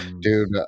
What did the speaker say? dude